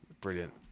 brilliant